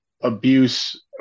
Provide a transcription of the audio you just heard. abuse